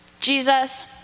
Jesus